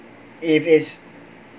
if it's